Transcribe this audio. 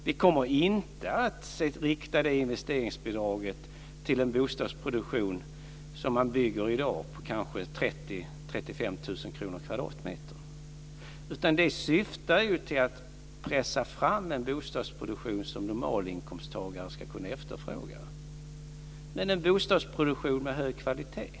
Vi kommer inte att rikta det investeringsbidraget till en bostadsproduktion som innebär 30 000-35 000 kr per kvadratmeter, utan det syftar till att pressa fram en bostadsproduktion som en normalinkomsttagare ska kunna efterfråga och en bostadsproduktion med hög kvalitet.